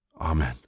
Amen